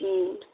उम्म